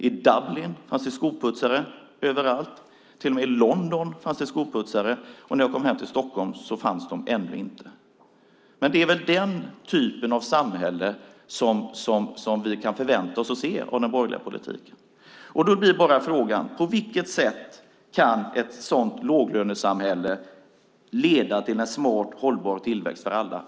I Dublin fanns det också skoputsare överallt. Till och med i London fanns det skoputsare. När jag kom hem till Stockholm fanns de ännu inte här. Men det är väl den typen av samhälle som vi kan vänta oss att få se till följd av den borgerliga politiken. Jag måste fråga: På vilket sätt kan ett sådant låglönesamhälle leda till en smart och hållbar tillväxt för alla?